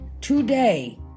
today